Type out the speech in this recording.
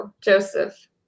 Joseph